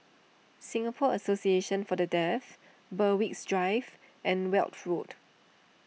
Singapore Association for the Deaf Berwick Drive and Weld Road